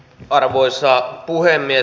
arvoisa puhemies